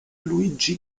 luigi